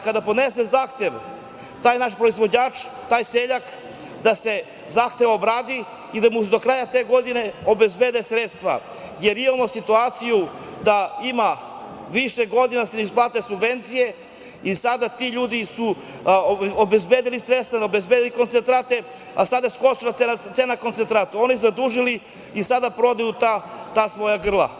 Kada podnese zahtev taj naš proizvođač, taj seljak da se zahtev obradi i da mu se do kraja te godine obezbede sredstva, jer imamo situaciju da ima više godina da se ne isplate subvencije i sada ti ljudi su obezbedili sredstva, obezbedili koncentrate, a skočila je cena koncentrata, oni su se zadužili i sada prodaju ta svoja grla.